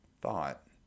thought